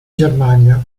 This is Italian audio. germania